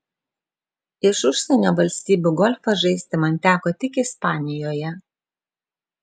iš užsienio valstybių golfą žaisti man teko tik ispanijoje